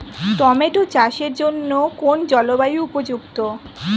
Tomato চাষের জন্য কোন জলবায়ু উপযুক্ত?